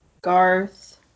Garth